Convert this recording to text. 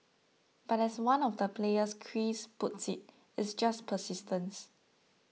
but as one of the players Chris puts it it's just persistence